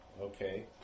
Okay